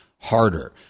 harder